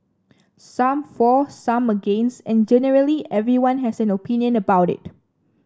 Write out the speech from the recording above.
some for some against and generally everyone has an opinion about it